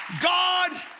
God